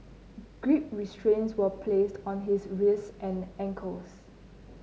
grip restraints were placed on his wrists and ankles